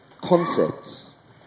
concepts